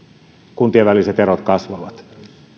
kuntien väliset erot kasvavat